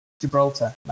Gibraltar